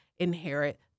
Inherit